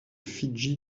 fidji